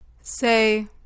Say